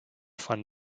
van